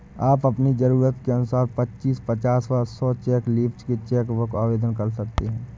आप अपनी जरूरत के अनुसार पच्चीस, पचास व सौ चेक लीव्ज की चेक बुक आवेदन कर सकते हैं